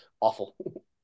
awful